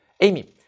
Amy